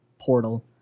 portal